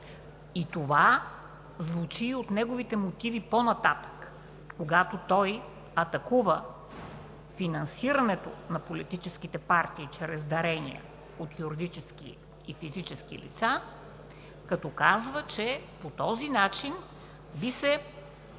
Това звучи по-нататък в неговите мотиви, когато той атакува финансирането на политическите партии чрез дарения от юридически и физически лица, като казва, че „по този начин би се